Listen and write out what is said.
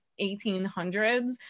1800s